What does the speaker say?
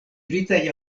britaj